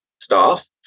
staff